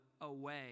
away